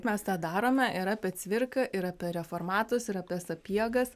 mes tą darome ir apie cvirką ir apie reformatus ir apie sapiegą